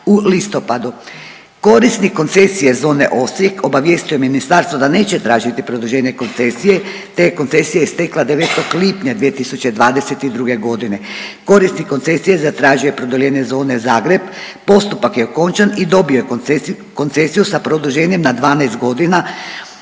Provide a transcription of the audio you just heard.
u listopadu. Korisnik koncesije zone Osijek obavijestio je ministarstvo da neće tražiti produženje koncesije, te koncesije je stekla 9. lipnja 2022. godine. Korisnik koncesije zatražio je produljenje zone Zagreb, postupak je okončan i dobio je koncesiju sa produženjem na 12 godina,